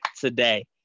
today